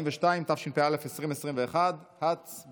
(תיקון מס' 42), התשפ"א 2021. הצבעה.